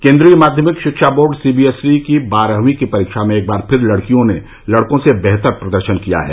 केन्द्रीय माध्यमिक शिक्षा बोर्ड सीबीएसई की बारहवीं की परीक्षा में एक बार फिर लड़कियों ने लड़कों से बेहतर प्रदर्शन किया है